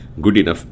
Goodenough